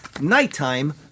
nighttime